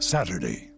Saturday